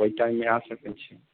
ओहि टाइममे आ सकैत छी